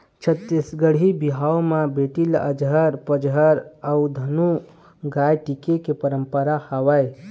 छत्तीसगढ़ी बिहाव म बेटी ल अचहर पचहर अउ धेनु गाय टिके के पंरपरा हवय